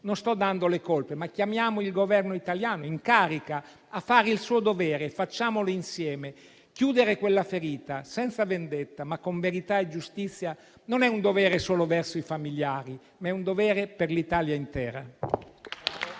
Non sto dando le colpe, ma chiamiamo il Governo italiano in carica a fare il suo dovere: facciamolo insieme! Chiudere quella ferita, senza vendetta, ma con verità e giustizia, non è un dovere solo verso i familiari, ma è un dovere per l'Italia intera.